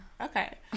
okay